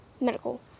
Medical